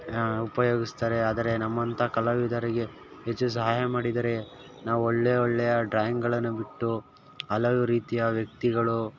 ಉಪಯೋಗಿಸ್ತಾರೆ ಆದರೆ ನಮ್ಮಂಥ ಕಲಾವಿದರಿಗೆ ಹೆಚ್ಚು ಸಹಾಯ ಮಾಡಿದರೆ ನಾವು ಒಳ್ಳೆ ಒಳ್ಳೆಯ ಡ್ರಾಯಿಂಗಳನ್ನು ಬಿಟ್ಟು ಹಲವು ರೀತಿಯ ವ್ಯಕ್ತಿಗಳು